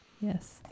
Yes